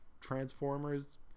Transformers